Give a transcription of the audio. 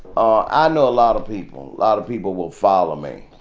ah know a lot of people. a lot of people will follow me.